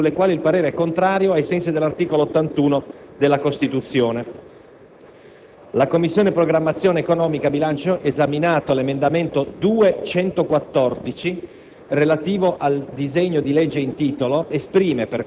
2.111 e 2.112, sulle quali il parere è contrario, ai sensi dell'articolo 81 della Costituzione». «La Commissione programmazione economica, bilancio, esaminato l'emendamento 2.114